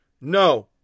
No